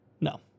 No